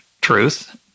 truth